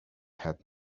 had